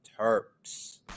Terps